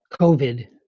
COVID